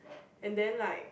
and then like